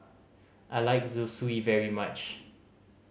I like Zosui very much